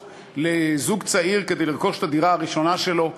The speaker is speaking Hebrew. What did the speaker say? לזוג צעיר כדי לרכוש את הדירה הראשונה שלו.